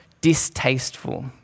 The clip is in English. distasteful